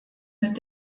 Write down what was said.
mit